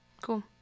cool